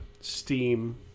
steam